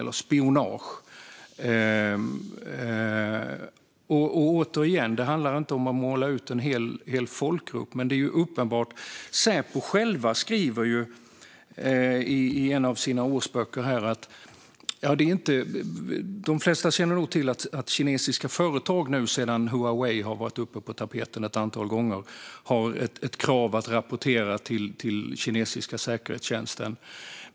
Det handlar som sagt inte om att svartmåla en hel folkgrupp, men det är ju uppenbart. Säpo skriver själv om det i en av sina årsböcker. Sedan Huawei varit på tapeten ett antal gånger känner nog de flesta till att kinesiska företag har krav på sig att rapportera till den kinesiska säkerhetstjänsten.